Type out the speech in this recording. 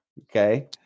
okay